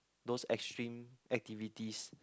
those extreme activities